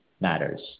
matters